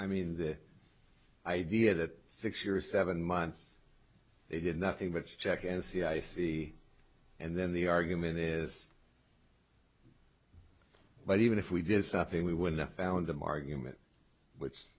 i mean the idea that six years seven months they did nothing but check and see i see and then the argument is but even if we did something we win the found them argument which